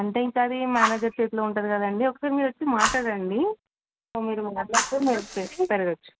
అంటే ఇంకా అది మేనేజర్ చేతిలో ఉంటుంది కదండీ ఒకసారి మీరు వచ్చి మాట్లాడండి సో మీరు మాట్లాడితే మీరు డిస్కౌంట్ పెరగచ్చు